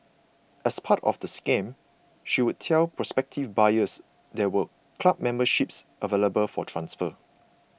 as part of the scam she would tell prospective buyers there were club memberships available for transfer